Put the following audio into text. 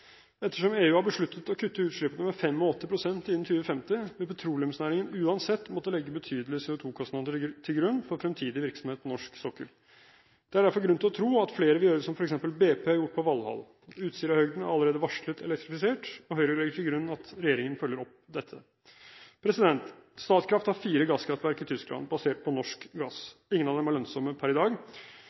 Ettersom EU har besluttet å kutte utslippene med 85 pst. innen 2050, vil petroleumsnæringen uansett måtte legge betydelige CO2-kostnader til grunn for fremtidig virksomhet på norsk sokkel. Det er derfor grunn til å tro at flere vil gjøre som f.eks. BP har gjort på Valhall. Utsirahøyden er allerede varslet elektrifisert, og Høyre legger til grunn at regjeringen følger opp dette. Statkraft har fire gasskraftverk i Tyskland, basert på norsk gass. Ingen av dem er lønnsomme per i dag.